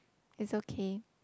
is okay